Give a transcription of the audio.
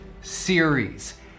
series